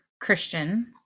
Christian